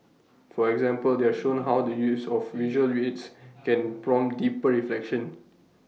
for example they are shown how the use of visual aids can prompt deeper reflection